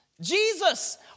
Jesus